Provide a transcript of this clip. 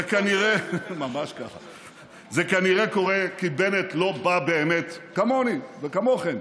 זה כנראה קורה כי בנט לא בא באמת, כמוני וכמוכם,